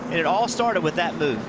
and it all started with that move.